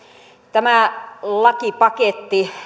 tämä lakipaketti